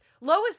Lois